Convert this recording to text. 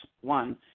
One